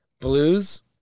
Blues